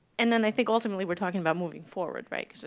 and then i think ultimately we're talking about moving forward, like so